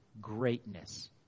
greatness